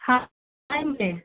हाँ आएँगे